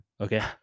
okay